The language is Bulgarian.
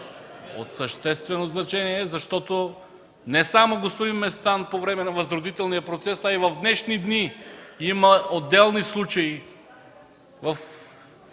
От съществено значение е, защото не само, господин Местан, по време на Възродителния процес, а и в днешни дни има отделни случаи